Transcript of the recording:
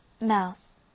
Mouse